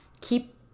keep